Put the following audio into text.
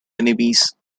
enemies